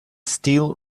still